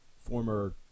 former